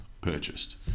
purchased